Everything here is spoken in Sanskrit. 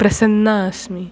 प्रसन्ना अस्मि